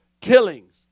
killings